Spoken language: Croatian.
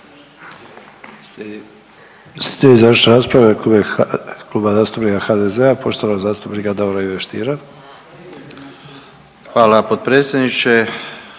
Hvala potpredsjedniče,